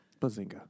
Bazinga